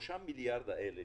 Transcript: ה-3 מיליארד שקל האלה